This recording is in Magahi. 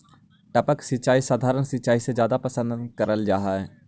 टपक सिंचाई सधारण सिंचाई से जादा पसंद करल जा हे